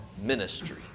ministry